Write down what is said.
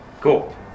cool